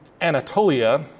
Anatolia